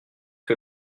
que